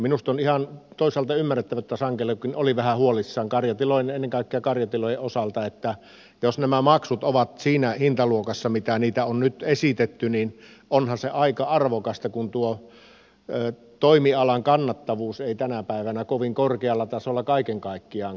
minusta on toisaalta ihan ymmärrettävää että sankelokin oli vähän huolissaan ennen kaikkea karjatilojen osalta sillä jos nämä maksut ovat siinä hintaluokassa mitä on nyt esitetty niin onhan se aika arvokasta kun tuo toimialan kannattavuus ei tänä päivänä kovin korkealla tasolla kaiken kaikkiaankaan ole